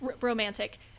romantic